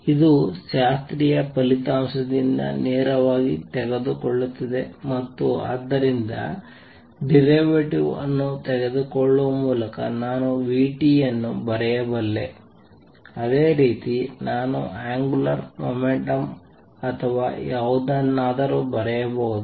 ಇದು ಶಾಸ್ತ್ರೀಯ ಫಲಿತಾಂಶದಿಂದ ನೇರವಾಗಿ ತೆಗೆದುಕೊಳ್ಳುತ್ತಿದೆ ಮತ್ತು ಆದ್ದರಿಂದ ಡಿರವೇಟಿವ್ ಅನ್ನು ತೆಗೆದುಕೊಳ್ಳುವ ಮೂಲಕ ನಾನು vt ಯನ್ನು ಬರೆಯಬಲ್ಲೆ ಅದೇ ರೀತಿ ನಾನು ಅಂಗುಲರ್ ಮೊಮೆಂಟ್ಮ್ ಅಥವಾ ಯಾವುದನ್ನಾದರೂ ಬರೆಯಬಹುದು